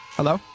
Hello